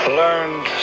learned